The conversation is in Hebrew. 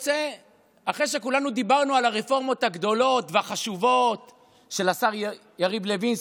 אחרי שכולנו דיברנו על הרפורמות הגדולות והחשובות של השר יריב לוין,